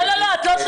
לא, לא, לא.